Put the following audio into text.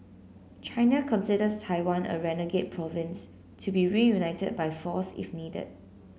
China considers Taiwan a renegade province to be reunited by force if needed